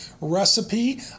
recipe